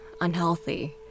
unhealthy